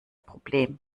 problem